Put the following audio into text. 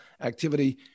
activity